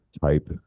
type